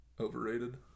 overrated